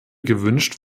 gewünscht